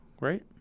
Right